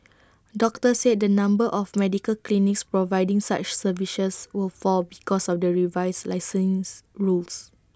doctors said the number of medical clinics providing such services would fall because of the revised licensing rules